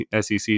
SEC